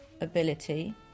ability